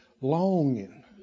Longing